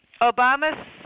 Obama's